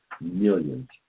millions